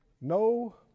No